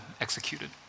executed